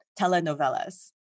telenovelas